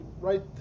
right